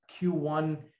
Q1